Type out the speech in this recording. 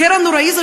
הקרע הנורא הזה,